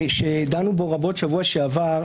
שדנו בו רבות בשבוע שעבר.